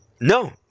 No